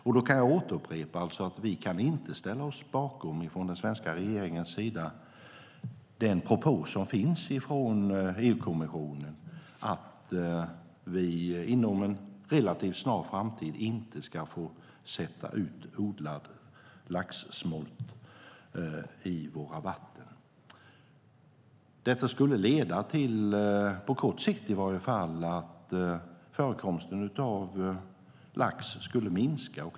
Jag kan återupprepa att vi från den svenska regeringens sida inte kan ställa oss bakom den propå som finns från EU-kommissionen om att vi inom en relativt snar framtid inte ska få sätta ut odlad laxsmolt i våra vatten. Detta skulle - i varje fall på kort sikt - leda till att förekomsten av lax minskade.